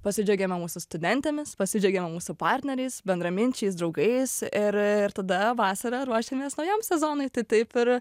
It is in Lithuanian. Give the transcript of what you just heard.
pasidžiaugiame mūsų studentėmis pasidžiaugiame mūsų partneriais bendraminčiais draugais ir ir tada vasarą ruošiamės naujam sezonui tai taip ir